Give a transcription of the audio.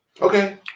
Okay